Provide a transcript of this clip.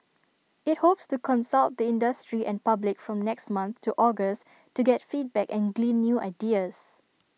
IT hopes to consult the industry and public from next month to August to get feedback and glean new ideas